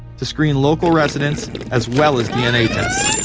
to screen local residents, as well as dna tests.